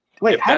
Wait